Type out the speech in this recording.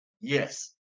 Yes